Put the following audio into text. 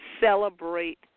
celebrate